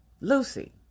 Lucy